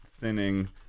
thinning